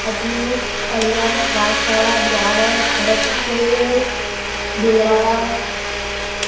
Ajmer Alwar Banswara Beawar Bharatpur Bhilwara